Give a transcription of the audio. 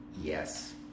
Yes